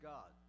God